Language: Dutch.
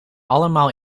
allemaal